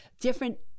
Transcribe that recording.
different